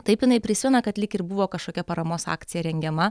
taip jinai prisimena kad lyg ir buvo kažkokia paramos akcija rengiama